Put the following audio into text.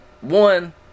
one